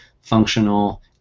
functional